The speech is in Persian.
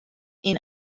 این